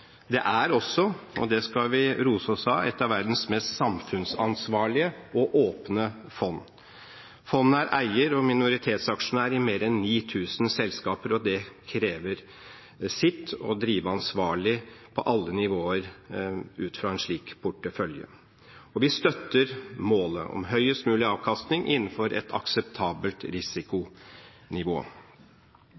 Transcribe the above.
Det er også – og det skal vi rose oss selv for – et av verdens mest samfunnsansvarlige og åpne fond. Fondet er eier og minoritetsaksjonær i mer enn 9 000 selskaper, og det krever sitt å drive ansvarlig på alle nivåer ut ifra en slik portefølje. Vi støtter målet om høyest mulig avkastning innenfor et akseptabelt risikonivå.